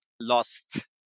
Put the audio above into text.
lost